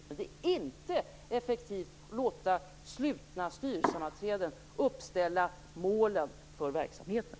Men det är inte effektivt att låta slutna styrelsesammanträden ställa upp målen för verksamheten.